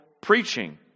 preaching